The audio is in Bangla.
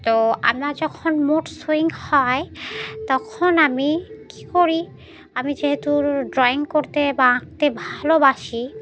তো আমার যখন মুড সুইং হয় তখন আমি কী করি আমি যেহেতু ড্রয়িং করতে বা আঁকতে ভালোবাসি